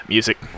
Music